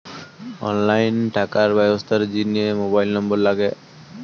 online টাকার ব্যবস্থার জিনে মোবাইল নম্বর লাগে